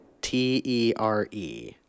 T-E-R-E